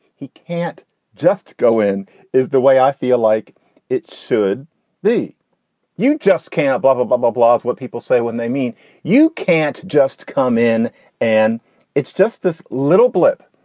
he can't just go in is the way i feel like it should be you just can't above above applause what people say when they mean you can't just come in and it's just this little blip.